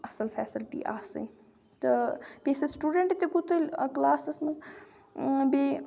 اَصٕل فیسَلٹی آسٕنۍ تہٕ بیٚیہِ ٲسۍ أسۍ سٹوٗڈنٛٹ تہِ گُتٕلۍ کلاسَس منٛز بیٚیہِ